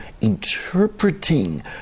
interpreting